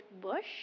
Bush